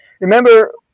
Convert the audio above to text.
Remember